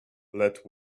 let